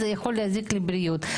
זה יכול להזיק לבריאות.